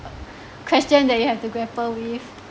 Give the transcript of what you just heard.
a question that you have to grapple with